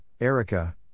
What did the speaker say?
Erica